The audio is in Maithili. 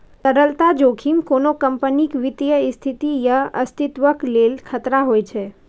तरलता जोखिम कोनो कंपनीक वित्तीय स्थिति या अस्तित्वक लेल खतरा होइ छै